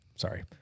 Sorry